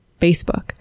Facebook